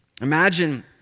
Imagine